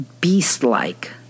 beast-like